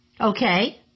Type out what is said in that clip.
Okay